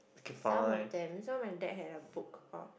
some of them so when they had a book of